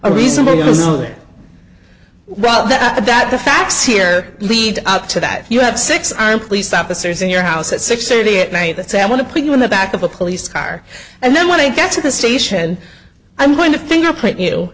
a reason or you know that well that that the facts here lead up to that you have six armed police officers in your house at six thirty at night that say i want to put you in the back of a police car and then when i get to the station i'm going to fingerprint you